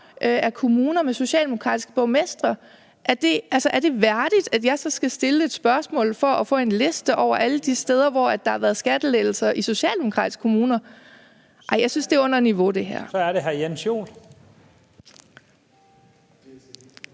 af kommuner med socialdemokratiske borgmestre. Altså, er det værdigt, at jeg så skal stille et spørgsmål for at få en liste over alle de steder, hvor der har været skattelettelser i socialdemokratiske kommuner? Nej, jeg synes, at det her er under niveau.